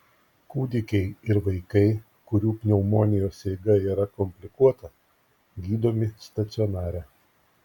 kūdikiai ir vaikai kurių pneumonijos eiga yra komplikuota gydomi stacionare